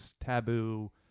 taboo